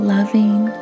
Loving